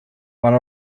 one